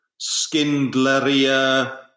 Skindleria